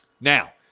Now